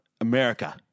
America